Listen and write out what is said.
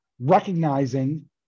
recognizing